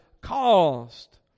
caused